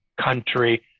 country